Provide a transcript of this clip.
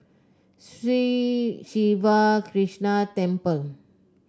Sri Siva Krishna Temple